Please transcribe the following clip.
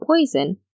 poison